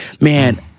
Man